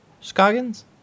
Scoggins